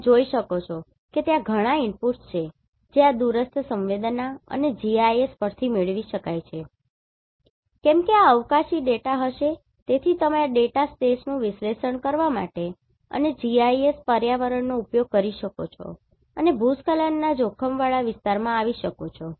તમે જોઈ શકો છો કે ત્યાં ઘણાં ઇનપુટ્સ છે જે આ દૂરસ્થ સંવેદનાઅને GIS પરથી મેળવી શકાય છે કેમ કે આ અવકાશી ડેટા હશે તેથીતમે આ ડેટા સેટ્સનું વિશ્લેષણ કરવા માટે અને GIS પર્યાવરણનો ઉપયોગ કરી શકો છો અને ભૂસ્ખલનના જોખમવાળા વિસ્તારોમાં આવી શકો છો